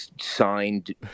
signed